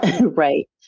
right